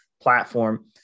platform